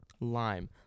lime